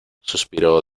suspiró